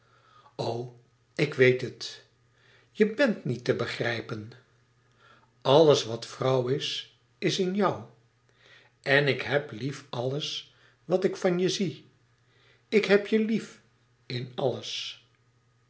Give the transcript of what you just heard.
ik weet het je bent niet te begrijpen alles wat vrouw is is in jou en ik heb lief alles wat ik van je zie ik heb je lief in alles